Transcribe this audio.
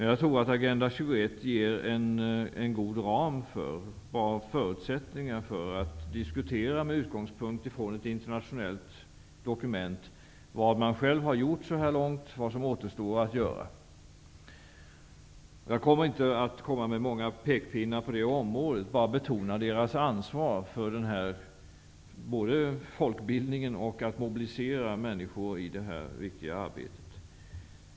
Jag tror att Agenda 21 ger en god ram, bra förutsättningar, för diskussioner, med utgångspunkt i ett internationellt dokument, om vad man själv har gjort så här långt och vad som återstår att göra. Jag skall inte komma med många pekpinnar på det området. Jag bara betonar ansvaret både för folkbildningen och för att människor mobiliseras i det här viktiga arbetet.